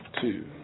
two